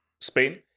Spain